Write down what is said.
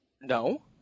No